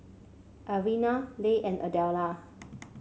Elvina Leigh and Adella